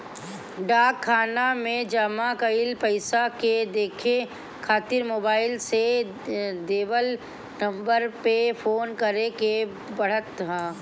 डाक खाना में जमा कईल पईसा के देखे खातिर मोबाईल से देवल नंबर पे फोन करे के पड़त ह